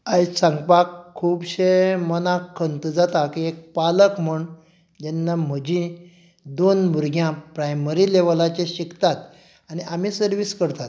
आयज सांगपाक खुबशें मनाक खंत जाता की एक पालक म्हूण जेन्ना म्हजी दोन भुरगीं प्रायमरी लेवलाचेर शिकतात आनी आमी सर्विस करतात